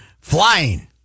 flying